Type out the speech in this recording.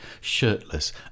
shirtless